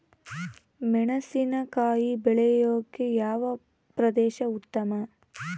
ಮೆಣಸಿನಕಾಯಿ ಬೆಳೆಯೊಕೆ ಯಾವ ಪ್ರದೇಶ ಉತ್ತಮ?